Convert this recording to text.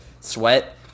sweat